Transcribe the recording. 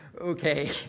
Okay